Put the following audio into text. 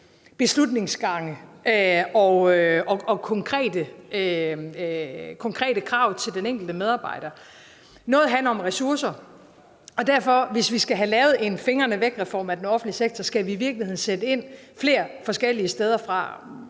beslutningsgange og konkrete krav til den enkelte medarbejder. Noget handler om ressourcer, og hvis vi skal have lavet en fingrene væk-reform af den offentlige sektor, skal vi i virkeligheden sætte ind flere forskellige steder fra.